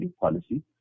policy